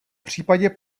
případě